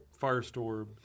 firestorm